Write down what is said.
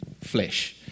flesh